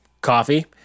coffee